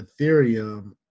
Ethereum